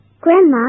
Grandma